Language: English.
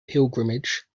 pilgrimage